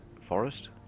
forest